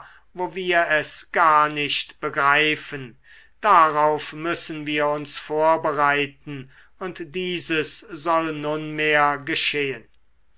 wo wir es gar nicht begreifen darauf müssen wir uns vorbereiten und dieses soll nunmehr geschehen